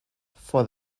for